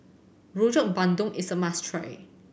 Rojak Bandung is a must try